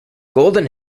golden